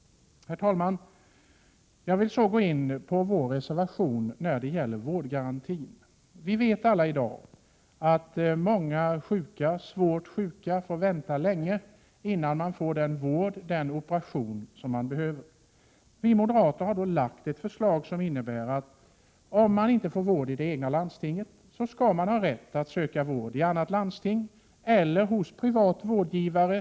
Herr talman! Jag vill så gå in på vår reservation när det gäller vårdgarantin Vi vet alla att många svårt sjuka i dag får vänta länge innan de får den vård, den operation, som de behöver. Vi moderater har lagt fram ett förslag som innebär att man, om man inte får vård i det egna landstinget, skall ha rätt att söka vård i annat landsting eller hos privat vårdgivare.